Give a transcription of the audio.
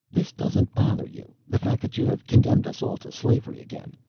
this doesn't bother you, the fact that you have condemned us all to slavery again?